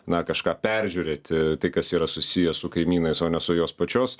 na kažką peržiūrėti tai kas yra susiję su kaimynais o ne su jos pačios